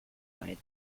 pointed